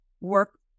work